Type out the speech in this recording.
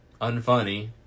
unfunny